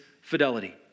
fidelity